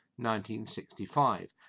1965